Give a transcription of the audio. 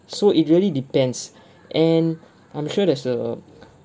so it really depends and I'm sure there's a